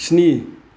स्नि